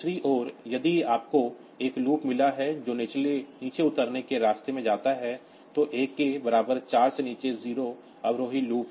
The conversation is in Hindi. दूसरी ओर यदि आपको एक लूप मिला है जो नीचे उतरने के रास्ते में जाता है या A के बराबर 4 से नीचे 0 अवरोही लूप